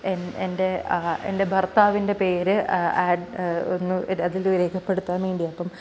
എൻ്റെ എൻ്റെ ഭർത്താവിൻ്റെ പേര് ആഡ് ഒന്ന് അതിൽ രേഖപ്പെടുത്താൻ വേണ്ടിയാണ് അപ്പം